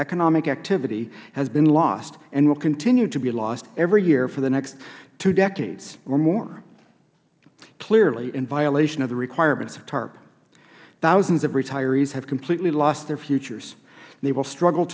economic activity has been lost and will continue to be lost every year for the next two decades or more clearly in violation of the requirements of tarp thousands of retirees have completely lost their futures they will struggle